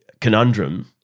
conundrum